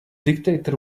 dictator